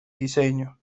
diseño